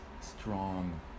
strong